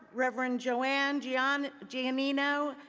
reverend joanne joanne giamino,